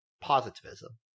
positivism